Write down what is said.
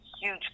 huge